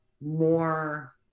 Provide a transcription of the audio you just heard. more